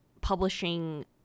publishing